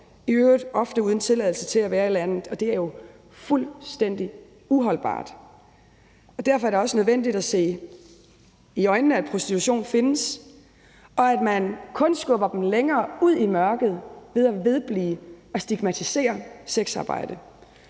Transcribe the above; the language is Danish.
i øvrigt ofte uden tilladelse til at være i landet, og det er jo fuldstændig uholdbart. Derfor er det også nødvendigt at se i øjnene, at prostitution findes, og at man kun skubber dem længere ud i mørket ved at vedblive med at stigmatisere sexarbejde.